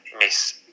Miss